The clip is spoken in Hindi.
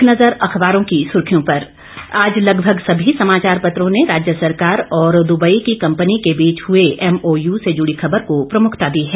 एक नज़र अखबारों की सुर्खियों पर आज लगभग सभी समाचार पत्रों ने राज्य सरकार और दुबई की कंपनी के बीच हुए एमओयू से जुड़ी खबर को प्रमुखता दी है